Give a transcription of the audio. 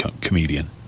comedian